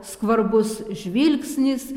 skvarbus žvilgsnis